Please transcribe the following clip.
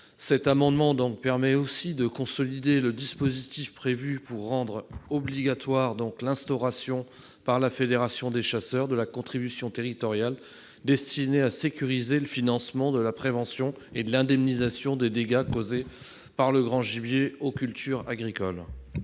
cet amendement permettrait aussi de consolider le dispositif prévu pour rendre obligatoire l'instauration par la fédération des chasseurs de la contribution territoriale destinée à sécuriser le financement de la prévention et de l'indemnisation des dégâts causés par le grand gibier aux cultures agricoles.